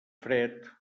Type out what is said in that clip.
fred